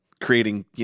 creating